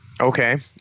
Okay